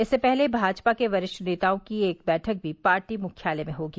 इससे पहले भाजपा के वरिष्ठ नेताओं की एक बैठक भी पार्टी मुख्यालय में होगी